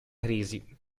crisi